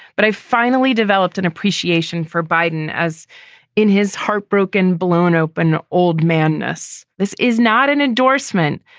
but i finally developed an appreciation for biden as in his heartbroken balloon open old madness. this is not an endorsement,